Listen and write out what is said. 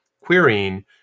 querying